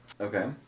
Okay